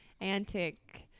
antic